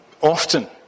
often